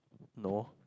no